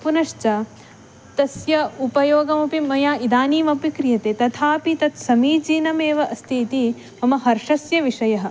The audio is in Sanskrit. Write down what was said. पुनश्च तस्य उपयोगमपि मया इदानीमपि क्रियते तथापि तत् समीचीनमेव अस्ति इति मम हर्षस्य विषयः